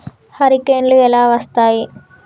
హరికేన్లు ఎలా వస్తాయి?